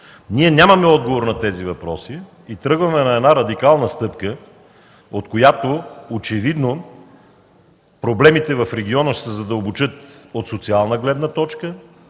Ние нямаме отговор на тези въпроси и тръгваме към една радикална стъпка, от която очевидно проблемите в региона ще се задълбочат от социална гледна точка,